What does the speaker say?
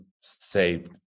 saved